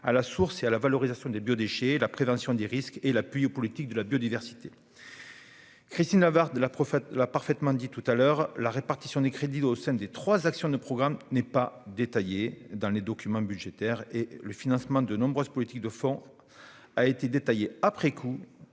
à la source et à la valorisation des biodéchets, à la prévention des risques et à l'appui aux politiques de la biodiversité. Christine Lavarde l'a parfaitement dit : la répartition des crédits au sein des trois actions du programme n'est pas détaillée dans les documents budgétaires et le financement de nombreuses politiques de fond a été détaillé après coup,